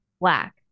Black